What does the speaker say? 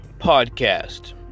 podcast